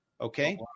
okay